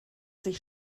sich